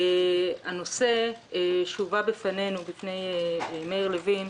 הנושא שהובא בפנינו, בפני מאיר לוין,